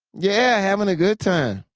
yeah, having a good time.